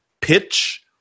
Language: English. pitch